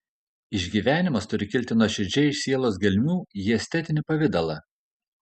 išgyvenimas turi kilti nuoširdžiai iš sielos gelmių į estetinį pavidalą